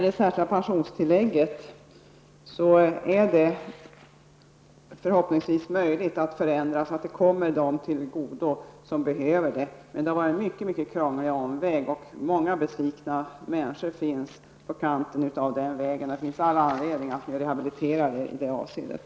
Det särskilda pensionstillägget är förhoppningsvis möjligt att förändra så att det kommer dem som behöver det till godo, men det har varit många krångliga omvägar. Det finns många besvikna människor i kanten av den vägen. Det finns all anledning att nu rehabilitera detta i det avseendet.